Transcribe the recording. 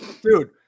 dude